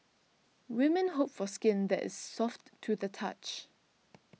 women hope for skin that is soft to the touch